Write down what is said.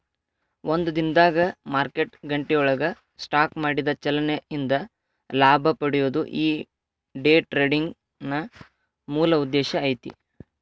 ಒಂದ ದಿನದಾಗ್ ಮಾರ್ಕೆಟ್ ಗಂಟೆಯೊಳಗ ಸ್ಟಾಕ್ ಮಾಡಿದ ಚಲನೆ ಇಂದ ಲಾಭ ಪಡೆಯೊದು ಈ ಡೆ ಟ್ರೆಡಿಂಗಿನ್ ಮೂಲ ಉದ್ದೇಶ ಐತಿ